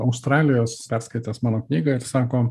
australijos perskaitęs mano knygą ir sako